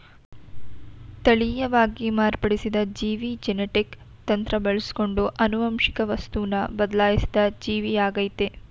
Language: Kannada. ತಳೀಯವಾಗಿ ಮಾರ್ಪಡಿಸಿದ ಜೀವಿ ಜೆನೆಟಿಕ್ ತಂತ್ರ ಬಳಸ್ಕೊಂಡು ಆನುವಂಶಿಕ ವಸ್ತುನ ಬದ್ಲಾಯ್ಸಿದ ಜೀವಿಯಾಗಯ್ತೆ